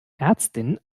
ärztin